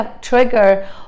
trigger